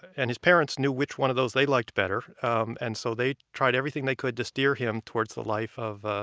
and his parents knew which one of those they liked better um and so tried everything they could to steer him towards the life of ah